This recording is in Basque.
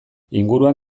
inguruan